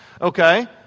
okay